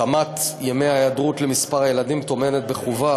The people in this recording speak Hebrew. התאמת ימי ההיעדרות למספר הילדים טומנת בחובה